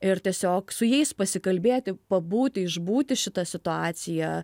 ir tiesiog su jais pasikalbėti pabūti išbūti šitą situaciją